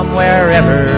wherever